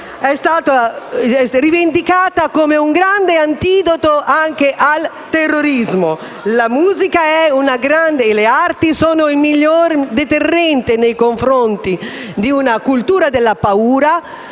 è stata rivendicata come un grande antidoto al terrorismo. La musica e le arti sono il migliore deterrente nei confronti della cultura della paura